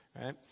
right